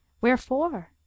Wherefore